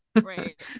Right